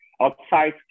outside